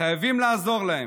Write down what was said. חייבים לעזור להם.